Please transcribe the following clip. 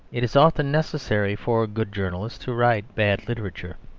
it is often necessary for a good journalist to write bad literature.